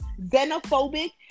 xenophobic